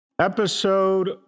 Episode